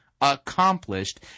accomplished